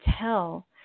tell